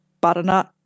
butternut